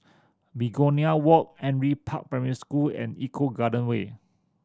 Begonia Walk Henry Park Primary School and Eco Garden Way